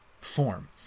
form